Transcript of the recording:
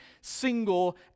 single